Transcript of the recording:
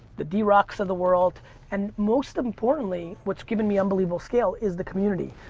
the drock's of the world and most importantly what's given me unbelievable scale is the community.